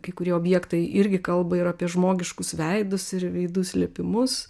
kai kurie objektai irgi kalba ir apie žmogiškus veidus ir veidus liepimus